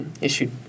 issued